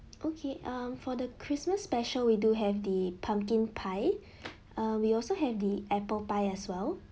okay um for the christmas special we do have the pumpkin pie uh we also have the apple pie as well